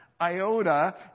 iota